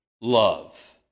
love